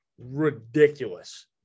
ridiculous